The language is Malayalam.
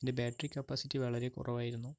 ഇതിൻ്റെ ബാറ്റ്റി കപ്പാസിറ്റി വളരെ കുറവായിരുന്നു